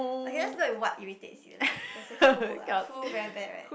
okay let's go with what irritates you lah don't say who lah who very bad right